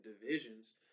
divisions